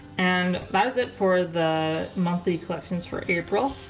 and that's it for the monthly collections for april